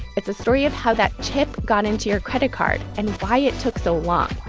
it's a story of how that chip got into your credit card and why it took so long.